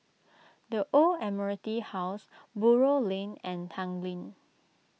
the Old Admiralty House Buroh Lane and Tanglin